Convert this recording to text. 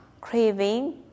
craving